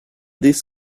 this